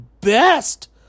best